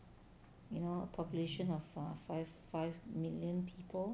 you know a population of err five five million people